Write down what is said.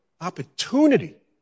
opportunity